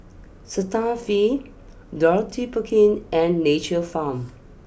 Cetaphil Dorothy Perkins and Nature's Farm